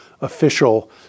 official